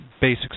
basic